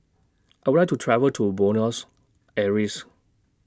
I Would like to travel to Buenos Aires